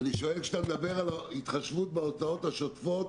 כשאתה מדבר על ההתחשבות בהוצאות השוטפות?